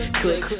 click